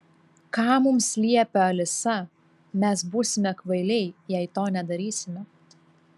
ką mums liepia alisa mes būsime kvailiai jei to nedarysime